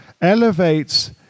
elevates